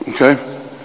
Okay